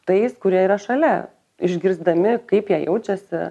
tais kurie yra šalia išgirsdami kaip jie jaučiasi